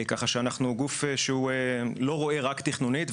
ככה שאנחנו הגוף שלא רואה רק תכנונית,